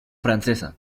francesa